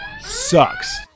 sucks